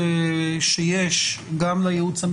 יש לנו הצעת חוק שעולה מחר,